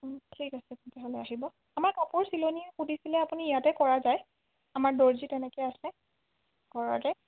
ঠিক আছে তেতিয়াহ'লে আহিব আমাৰ কপোৰ চিলনীৰ সুধিছিলে আপুনি ইয়াতে কৰা যায় আমাৰ দৰ্জি তেনেকে আছে ঘৰতে